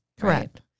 Correct